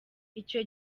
icyo